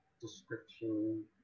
description